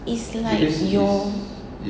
is like your